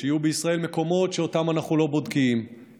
שיהיו בישראל מקומות שאותם אנחנו לא בודקים,